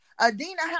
adina